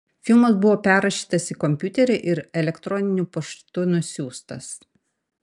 filmas buvo perrašytas į kompiuterį ir elektroniniu paštu nusiųstas